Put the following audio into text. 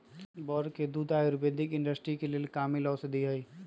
बड़ के दूध आयुर्वैदिक इंडस्ट्री के लेल कामिल औषधि हई